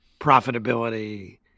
profitability